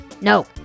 No